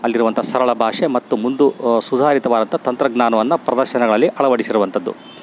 ಅಲ್ಲಿರುವಂಥ ಸರಳ ಭಾಷೆ ಮತ್ತು ಮುಂದು ಸುಧಾರಿತ್ವಾದಂಥ ತಂತ್ರಜ್ಞಾನವನ್ನ ಪ್ರದರ್ಶನಗಳಲ್ಲಿ ಅಳವಡಿಸಿರುವಂಥದ್ದು